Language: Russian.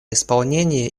исполнение